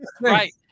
Right